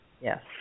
Yes